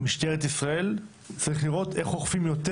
משטרת ישראל צריכה לראות איך אוכפים יותר